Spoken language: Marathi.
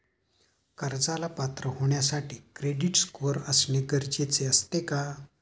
कर्जाला पात्र होण्यासाठी क्रेडिट स्कोअर असणे गरजेचे असते का?